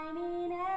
shining